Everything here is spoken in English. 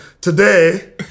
Today